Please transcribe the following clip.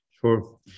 Sure